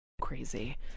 crazy